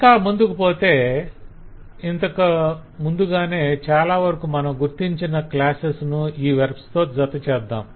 ఇక ముందుకుపోతే ఇంతకుముందుగానే చాలావరకు మనం గుర్తించిన క్లాసెస్ ను ఈ వెర్బ్స్ తో జతచేద్దాం